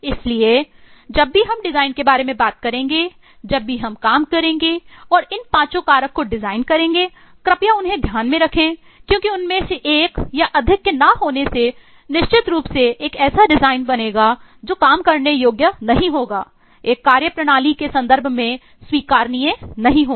इसलिए जब भी हम डिजाइन के बारे में बात करेंगे जब भी हम काम करेंगे और इन पांचों कारक को डिजाइन करेंगे कृपया उन्हें ध्यान में रखें क्योंकि उनमें से एक या अधिक के ना होने से निश्चित रूप से एक ऐसा डिजाइन बनेगा जो काम करने योग्य नहीं होगा एक कार्य प्रणाली के संदर्भ में स्वीकारनिय नहीं होगा